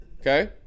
Okay